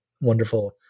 wonderful